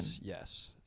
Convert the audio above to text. Yes